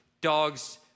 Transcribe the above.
dogs